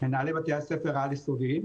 מנהלי בתי ספר על-יסודיים.